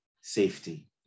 safety